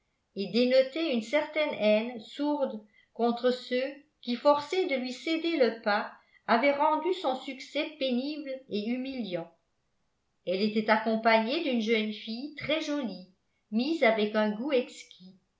et dénotaient une certaine haine sourde contre ceux qui forcés de lui céder le pas avaient rendu son succès pénible et humiliant elle était accompagnée d'une jeune fille très jolie mise avec un goût exquis